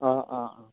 অঁ অঁ অঁ